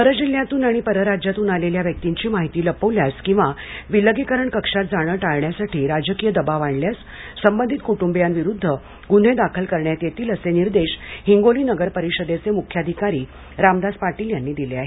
परजिल्ह्यातून आणि परराज्यातून आलेल्या व्यक्तीची माहिती लपविल्यास किंवा विलगीकरण कक्षात जाणे टाळण्यासाठी राजकीय दबाव आणल्यास संबंधित कुटुंबीयांविरुद्ध गुन्हे दाखल करण्यात येतील असे निर्देश हिंगोली नगर परिषदेचे मुख्याधिकारी रामदास पाटील यांनी दिले आहेत